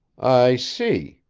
i see,